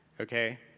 Okay